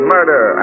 Murder